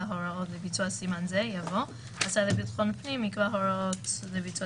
הוראות לביצוע סימן זה" יבוא "השר לביטחון פנים יקבע הוראות לביצוע